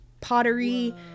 pottery